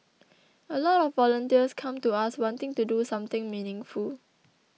a lot of volunteers come to us wanting to do something meaningful